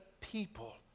people